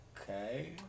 okay